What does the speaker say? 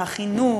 החינוך,